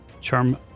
charm